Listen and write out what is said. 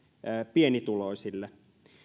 pienituloisille